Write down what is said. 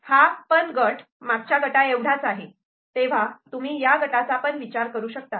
हा पण गट मागच्या गटा एवढाच आहे तेव्हा तुम्ही या गटाचा पण विचार करू शकतात